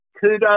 kudos